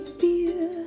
fear